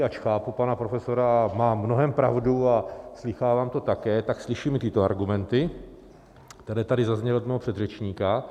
Ač chápu pana profesora, má v mnohém pravdu a slýchávám to také, tak slyším i tyto argumenty, které tady zazněly od mého předřečníka.